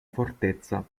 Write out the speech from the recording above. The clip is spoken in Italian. fortezza